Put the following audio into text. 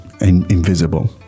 invisible